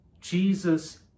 Jesus